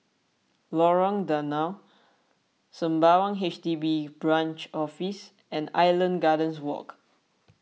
Lorong Danau Sembawang H D B Branch Office and Island Gardens Walk